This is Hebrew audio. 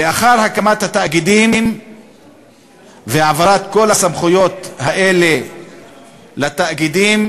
לאחר הקמת התאגידים והעברת כל הסמכויות האלה לתאגידים,